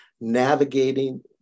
navigating